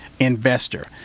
investor